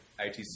ITC